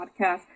podcast